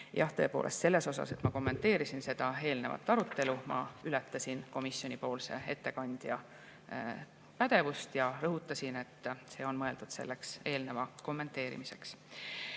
Jah, tõepoolest, selles suhtes, et ma kommenteerisin seda eelnevat arutelu, ma ületasin komisjoni ettekandja pädevust, ja rõhutasin, et see on mõeldud eelneva kommenteerimiseks. Nüüd